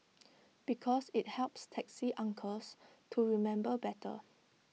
because IT helps taxi uncles to remember better